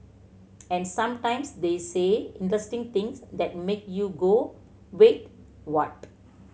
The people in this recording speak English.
and sometimes they say interesting things that make you go Wait what